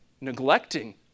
neglecting